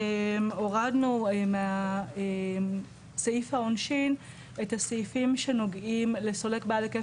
הורדנו מסעיף העונשין את הסעיפים שנוגעים לסולק בעל היקף